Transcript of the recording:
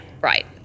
right